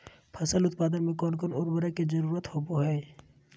फसल उत्पादन में कोन कोन उर्वरक के जरुरत होवय हैय?